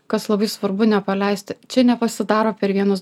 kas labai svarbu nepaleisti čia nepasidaro per vienus